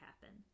happen